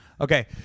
Okay